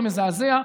זה מזעזע,